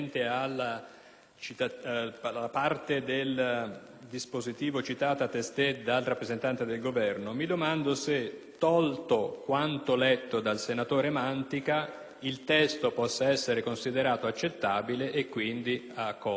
tolto quanto letto dal sottosegretario Mantica, il testo possa essere considerato accettabile e quindi accolto come raccomandazione. Siccome abbiamo una pausa di tre ore per riformulare eventualmente il dispositivo,